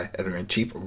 editor-in-chief